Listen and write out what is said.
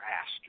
asked